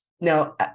Now